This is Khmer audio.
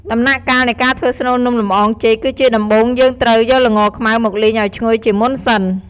ដំណាក់កាលនៃការធ្វើស្នូលនំលម្អងចេក គឺជាដំបូងយើងត្រូវយកល្ងខ្មៅមកលីងឱ្យឈ្ងុយជាមុនសិន។